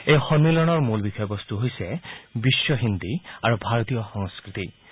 এই সম্মিলনৰ মূল বিষয়বস্তু হৈছে বিশ্ব হিন্দী আৰু ভাৰতীয় সংস্কৃতি